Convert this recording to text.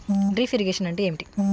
Drip irrigation అంటే ఏమిటి?